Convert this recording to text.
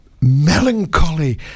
melancholy